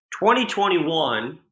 2021